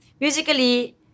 musically